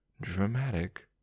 dramatic